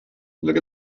look